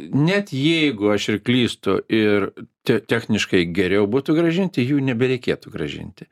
net jeigu aš ir klystu ir te techniškai geriau būtų grąžinti jų nebereikėtų grąžinti